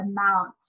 amount